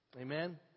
Amen